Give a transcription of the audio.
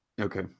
Okay